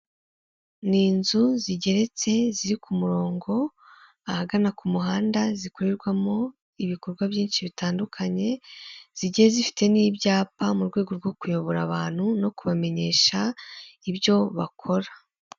Ni inzu zigeretse ziri ku murongo ahagana ku muhanda zikorerwamo ibikorwa byinshi bitandukanye. zigiye zifite n'ibyapa mu rwego rwo kuyobora abantu no kubamenyesha ibyo bakora.